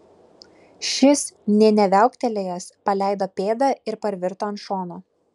šis nė neviauktelėjęs paleido pėdą ir parvirto ant šono